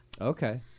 okay